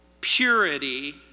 purity